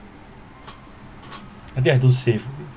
I think I too safe